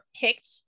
picked